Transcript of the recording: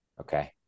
Okay